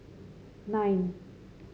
nine